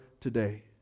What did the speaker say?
today